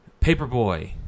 Paperboy